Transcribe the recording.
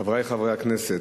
חברי חברי הכנסת,